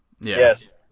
Yes